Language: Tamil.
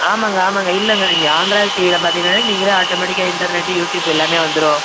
ஆமாங்க ஆமாங்க இல்லைங்க நீங்கள் ஆண்ட்ராய்டு டிவியில் பார்த்தீங்கன்னாலே நீங்கள் ஆட்டமேட்டிக்காக இன்டர்நெட்டு யூடியூப்பு எல்லாமே வந்துடும்